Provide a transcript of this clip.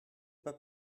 pas